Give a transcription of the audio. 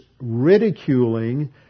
ridiculing